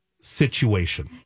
situation